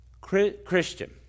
Christian